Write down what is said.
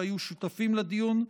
שהיו שותפים לדיון,